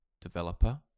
developer